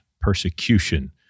persecution